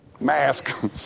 Mask